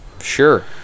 Sure